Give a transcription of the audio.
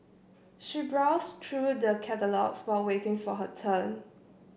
she browse through the catalogues while waiting for her turn